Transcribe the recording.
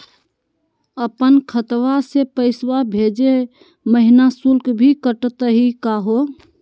अपन खतवा से पैसवा भेजै महिना शुल्क भी कटतही का हो?